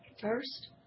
First